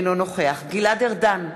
אינו נוכח גלעד ארדן,